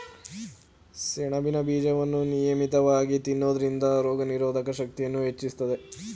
ಸೆಣಬಿನ ಬೀಜವನ್ನು ನಿಯಮಿತವಾಗಿ ತಿನ್ನೋದ್ರಿಂದ ರೋಗನಿರೋಧಕ ಶಕ್ತಿಯನ್ನೂ ಹೆಚ್ಚಿಸ್ತದೆ